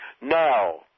now